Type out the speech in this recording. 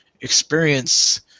experience